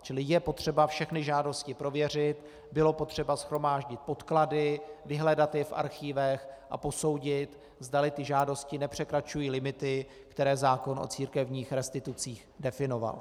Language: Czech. Čili je potřeba všechny žádosti prověřit, bylo potřeba shromáždit podklady, vyhledat je v archívech a posoudit, zdali ty žádosti nepřekračují limity, které zákon o církevních restitucích definoval.